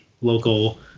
local